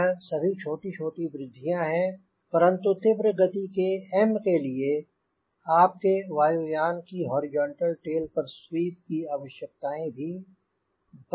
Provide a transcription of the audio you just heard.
यह सभी छोटी छोटी वृद्धियांँ हैं परंतु तीव्र गति के M लिए आपके वायु यान की हॉरिज़ॉन्टल टेल पर स्वीप की आवश्यकताएंँ भी बढ़ जाती हैं